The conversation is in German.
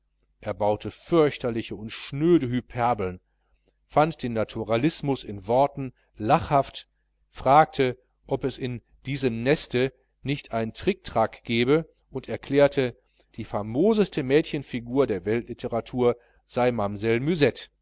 er baute fürchterliche und schnöde hyperbeln fand den naturalismus in worten lachhaft fragte ob es in diesem neste nicht ein trictrac gebe und erklärte die famoseste mädchenfigur der weltliteratur sei